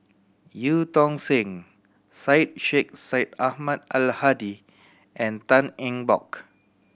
Eu Tong Sen Syed Sheikh Syed Ahmad Al Hadi and Tan Eng Bock